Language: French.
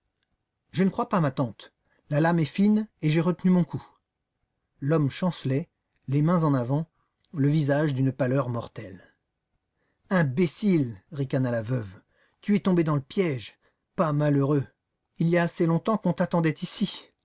je ne crois pas ma tante la lame est fine et j'ai retenu mon coup l'homme chancelait les mains en avant le visage d'une pâleur mortelle imbécile ricana la veuve tu es tombé dans le piège pas malheureux il y a assez longtemps qu'on t'attendait ici